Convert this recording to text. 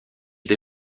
dès